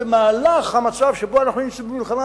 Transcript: במהלך המצב שבו אנחנו נמצאים במלחמה,